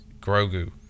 Grogu